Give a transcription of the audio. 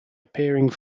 appearing